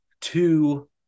two